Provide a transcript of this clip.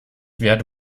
werde